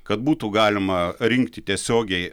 kad būtų galima rinkti tiesiogiai